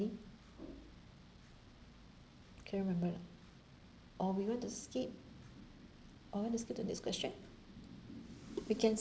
can you remember or we want to skip or we want to skip to next question we can